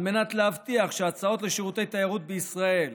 על מנת להבטיח שהצעות לשירותי תיירות בישראל